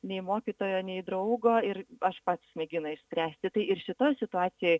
nei mokytojo nei draugo ir aš pats mėgina išspręsti tai ir šitoj situacijoj